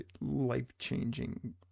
life-changing